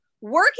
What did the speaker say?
working